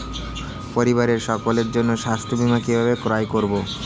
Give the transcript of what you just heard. পরিবারের সকলের জন্য স্বাস্থ্য বীমা কিভাবে ক্রয় করব?